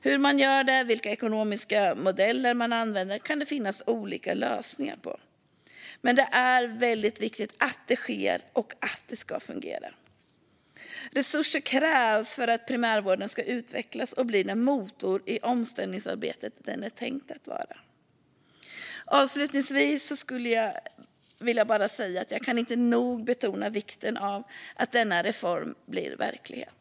Hur man gör detta och vilka ekonomiska modeller man använder kan det finnas olika lösningar på, men det är väldigt viktigt att det sker och att det fungerar. Resurser krävs för att primärvården ska utvecklas och bli den motor i omställningsarbetet som den är tänkt att vara. Avslutningsvis vill jag bara säga att jag inte nog kan betona vikten av att denna reform blir verklighet.